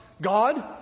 God